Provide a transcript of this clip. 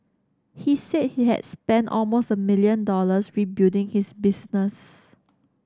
he said he had spent almost a million dollars rebuilding his business